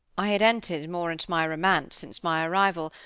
i had entered more into my romance since my arrival,